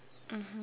mmhmm